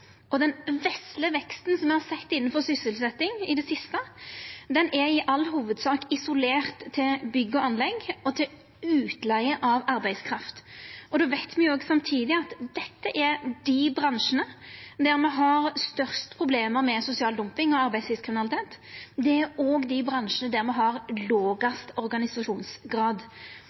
prosentpoeng. Den vesle veksten me har sett innanfor sysselsetjing i det siste, er i all hovudsak isolert til bygg og anlegg, og til utleige av arbeidskraft. Då veit me samtidig at dette er dei bransjane der me har størst problem med sosial dumping og arbeidslivskriminalitet. Det er òg dei bransjane der me har lågast organisasjonsgrad.